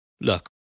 Look